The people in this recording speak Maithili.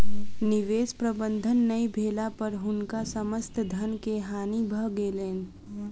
निवेश प्रबंधन नै भेला पर हुनकर समस्त धन के हानि भ गेलैन